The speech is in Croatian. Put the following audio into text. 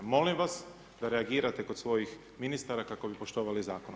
Molim vas da reagirate kod svojih ministara kako bi poštovali zakon.